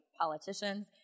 politicians